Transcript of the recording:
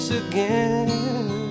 again